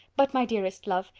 but my dearest love,